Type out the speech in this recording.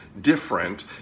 different